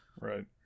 Right